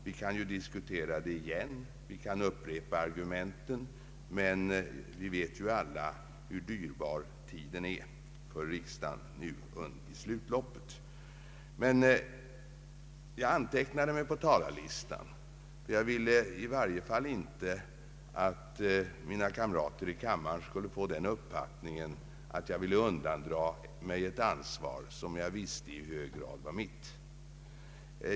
Vi kan diskutera det igen, vi kan upprepa argumenten, men vi vet alla hur dyrbar tiden är för riksdagen nu i slutspurten. Jag antecknade mig dock på talarlistan därför att jag inte ville att mina kamrater i kammaren skulle få den uppfattningen att jag önskade undandra mig ett ansvar som jag vet i hög grad är mitt.